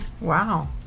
Wow